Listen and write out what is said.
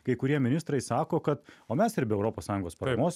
kai kurie ministrai sako kad o mes ir be europos sąjungos paramos